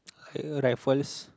uh Raffles